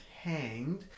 hanged